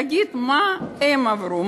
להגיד מה הם עברו,